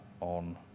on